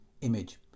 Image